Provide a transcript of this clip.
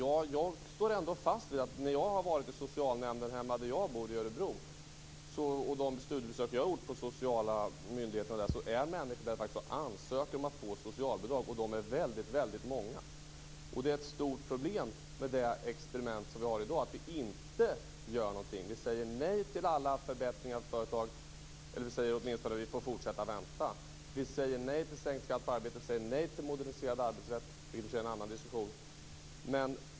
Jag står ändå fast vid att när jag har varit i socialnämnden hemma i Örebro där jag bor, och när jag har varit på studiebesök vid de sociala myndigheterna där, är människor faktiskt där och ansöker om att få socialbidrag. Och de är väldigt många. Det är ett stort problem med det experiment som vi har i dag, att vi inte gör någonting. Vi säger nej till alla förbättringar för företag - eller åtminstone att man skall fortsätta vänta. Vi säger nej till sänkt skatt på arbete. Vi säger nej till moderniserad arbetsrätt, vilket i och för sig är en annan diskussion.